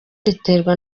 riterwa